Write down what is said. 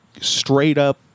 straight-up